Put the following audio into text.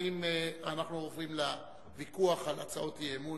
אנחנו עוברים לוויכוח על הצעות אי-אמון,